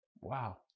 Wow